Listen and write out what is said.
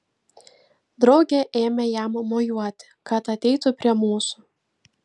draugė ėmė jam mojuoti kad ateitų prie mūsų